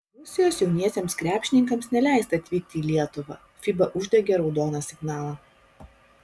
rusijos jauniesiems krepšininkams neleista atvykti į lietuvą fiba uždegė raudoną signalą